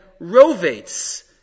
rovates